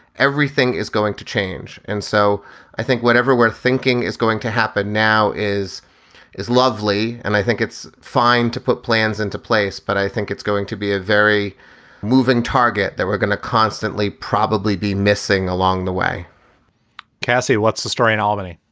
everything is going to change. and so i think whatever we're thinking is going to happen now is is lovely. and i think it's fine to put plans into place. but i think it's going to be a very moving target that we're going to constantly probably be missing along the way cassie, what's the story in albany?